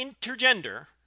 intergender